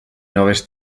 noves